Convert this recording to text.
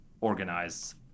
organize